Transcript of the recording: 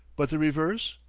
but the reverse?